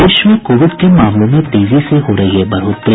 प्रदेश में कोविड के मामलों में तेजी से हो रही है बढ़ोतरी